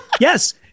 Yes